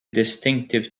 distinctive